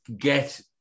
get